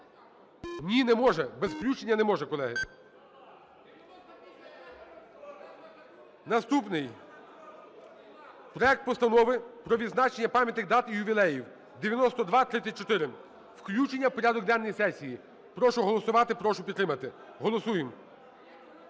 Ні, не може. Без включення не може, колеги. 17:33:42 За-218 Наступний. Проект Постанови про відзначення пам'ятних дат і ювілеїв (9234). Включення в порядок денний сесії. Прошу проголосувати, прошу підтримати. Голосуємо.